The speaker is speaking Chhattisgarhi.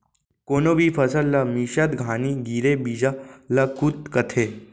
कोनो भी फसल ला मिसत घानी गिरे बीजा ल कुत कथें